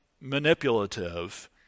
manipulative